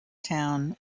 town